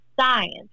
science